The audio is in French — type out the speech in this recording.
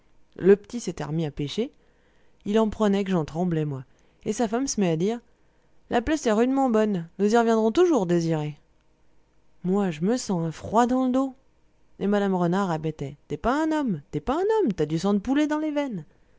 le petit s'était remis à pêcher il en prenait que j'en tremblais moi et sa femme se met à dire la place est rudement bonne nous y reviendrons toujours désiré moi je me sens un froid dans le dos et mme renard répétait t'es pas un homme t'es pas un homme t'as du sang de poulet dans les veines